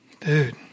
dude